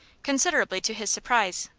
considerably to his surprise.